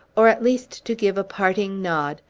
or at least to give a parting nod,